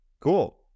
cool